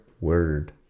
word